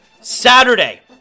Saturday